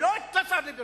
ולא את השר ליברמן.